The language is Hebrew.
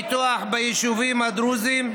כדי לקדם את הפיתוח ביישובים הדרוזיים.